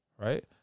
right